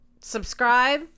Subscribe